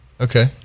Okay